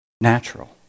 natural